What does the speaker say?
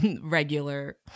regular